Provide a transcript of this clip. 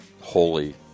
holy